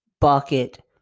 bucket